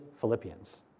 Philippians